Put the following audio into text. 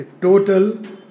total